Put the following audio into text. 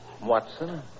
Watson